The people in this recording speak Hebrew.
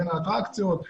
בין האטרקציות.